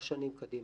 השנים הקדימה.